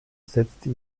setzte